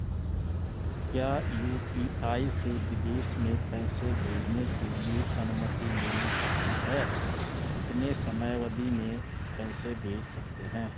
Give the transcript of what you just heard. क्या यु.पी.आई से विदेश में पैसे भेजने के लिए अनुमति लेनी पड़ती है कितने समयावधि में पैसे भेज सकते हैं?